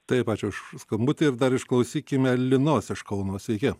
taip ačiū už skambutį ir dar išklausykime linos iš kauno sveiki